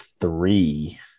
three